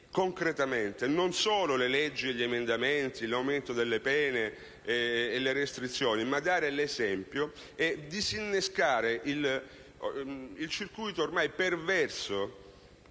pensare solo alle leggi, agli emendamenti, all'aumento delle pene e alle restrizioni, ma dare l'esempio e disinnescare un circuito ormai perverso,